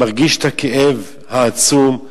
מרגיש את הכאב העצום,